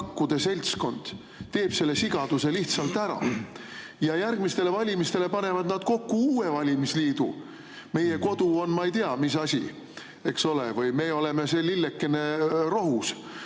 kakkude seltskond teeb selle sigaduse lihtsalt ära ja järgmistel valimistel panevad nad kokku uue valimisliidu "Meie kodu on ma ei tea mis asi", eks ole, või "Me oleme see lillekene rohus"